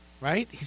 Right